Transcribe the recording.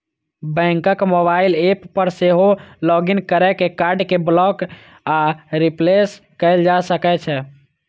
बैंकक mobile app पर सेहो लॉग इन कैर के कार्ड कें ब्लॉक आ रिप्लेस कैल जा सकै छै